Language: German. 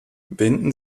wenden